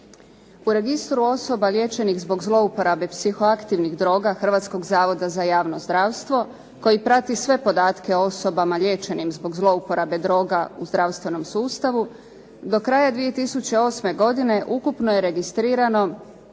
U registru osoba liječenih zbog zlouporabe psihoaktivnih droga Hrvatskog zavoda za javno zdravstvo koji prati sve podatke o osobama liječenih zbog zlouporabe droga u zdravstvenom sustavu do kraja 2008. godine ukupno je registrirano